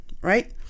right